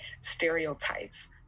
stereotypes